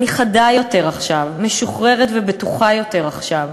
אני חדה יותר עכשיו, משוחררת ובטוחה יותר עכשיו.